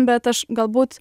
bet aš galbūt